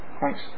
thanks